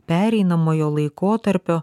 pereinamojo laikotarpio